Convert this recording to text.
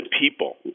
people